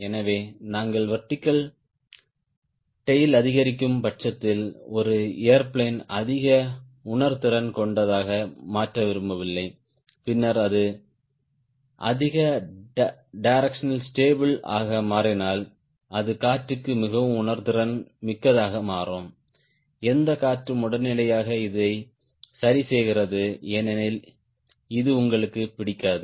எனவே நீங்கள் vertical tail அதிகரிக்கும் பட்சத்தில் ஒரு ஏர்பிளேன் அதிக உணர்திறன் கொண்டதாக மாற்ற விரும்பவில்லை பின்னர் அது அதிக டிரெக்ஷனல் ஸ்டாபிள் ஆக மாறினால் அது காற்றுக்கு மிகவும் உணர்திறன் மிக்கதாக மாறும் எந்த காற்றும் உடனடியாக இதை சரிசெய்கிறது ஏனெனில் இது உங்களுக்கு பிடிக்காது